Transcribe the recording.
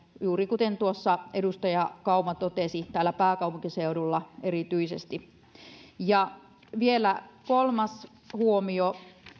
juuri kuten tuossa edustaja kauma totesi täällä pääkaupunkiseudulla erityisesti vielä kolmas huomio